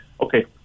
okay